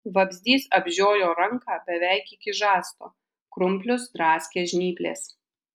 vabzdys apžiojo ranką beveik iki žasto krumplius draskė žnyplės